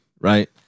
right